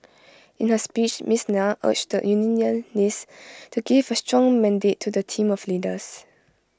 in her speech miss Nair urged the unionists to give A strong mandate to the team of leaders